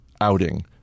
outing